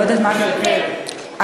ההערות האלה מיותרות לחלוטין, לחלוטין.